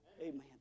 amen